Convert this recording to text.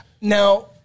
now –